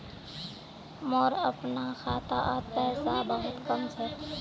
मोर अपनार खातात पैसा बहुत कम छ